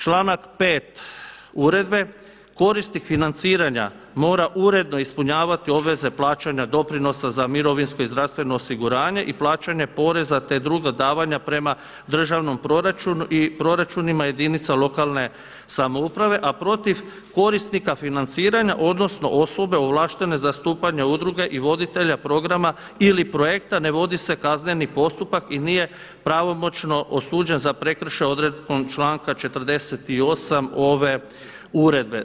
Članak 5 uredbe: „Korisnik financiranja mora uredno ispunjavati obveze plaćanja doprinosa za mirovinsko i zdravstveno osiguranje i plaćanje poreza, te druga davanja prema državnom proračunu i proračunima jedinica lokalne samouprave a protiv korisnika financiranja odnosno osobe ovlaštenje za zastupanje udruge i voditelja programa ili projekta ne vodi se kazneni postupak i nije pravomoćno osuđen za prekršaj odredbom članka 48. ove uredbe.